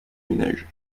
ménages